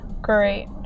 great